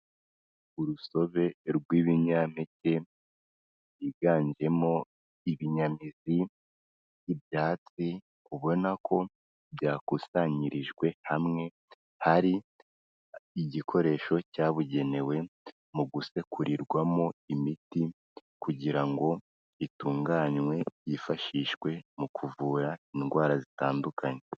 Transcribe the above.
Urusobe rw'ibinyampeke higanjemo ibinyamizi, ibyatsi ubona ko byakusanyirijwe hamwe. Hari igikoresho cyabugenewe mu gusekurirwamo imiti kugira ngo itunganywe yifashishwe mu kuvura indwara zitandukanye.